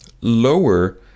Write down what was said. lower